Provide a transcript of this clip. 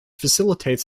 facilitates